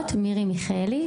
מירי מיכאלי,